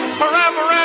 forever